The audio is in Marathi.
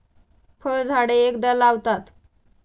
फळझाडे एकदा लावतात